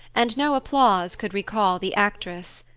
and no applause could recall the actress.